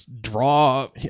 draw